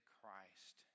Christ